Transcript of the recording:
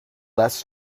less